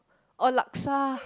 or Laksa